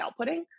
outputting